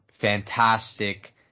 fantastic